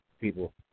people